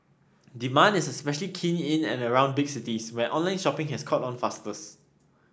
demand is especially keen in and around big cities where online shopping has caught on fastest